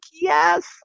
yes